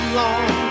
long